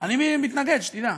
אני מתנגד, שתדע.